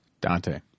Dante